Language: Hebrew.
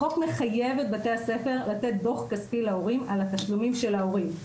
החוק מחייב את בתי הספר לתת דוח כספי להורים על התשלומים של ההורים.